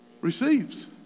Receives